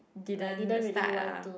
didn't start ah